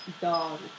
dog